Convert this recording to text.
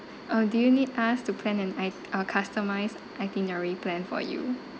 uh do you need us to plan an i~ uh customised itinerary plan for you